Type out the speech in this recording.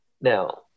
Now